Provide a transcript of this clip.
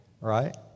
right